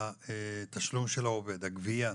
התשלום של העובד, הגבייה,